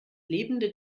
lebende